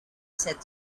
said